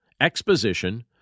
exposition